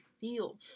feel